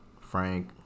Frank